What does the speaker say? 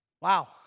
Wow